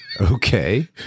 Okay